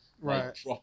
Right